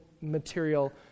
material